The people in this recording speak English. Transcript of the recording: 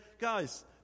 guys